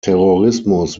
terrorismus